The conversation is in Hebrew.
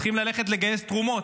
צריכים ללכת לגייס תרומות.